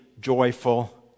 joyful